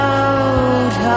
Out